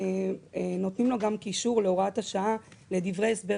אנחנו נותנים לו גם קישור להוראת השעה לדברי ההסבר